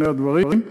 שני הדברים.